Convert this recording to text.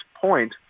point